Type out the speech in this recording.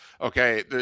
okay